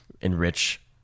enrich